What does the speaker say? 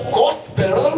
gospel